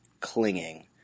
clinging